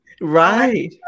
Right